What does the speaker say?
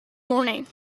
morning